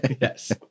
yes